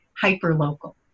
hyper-local